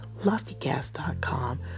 LoftyCast.com